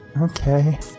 Okay